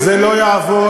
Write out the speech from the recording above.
זה לא יעבוד.